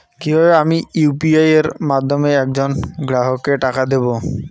কিভাবে আমি ইউ.পি.আই এর মাধ্যমে এক জন গ্রাহককে টাকা দেবো?